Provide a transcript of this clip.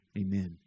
amen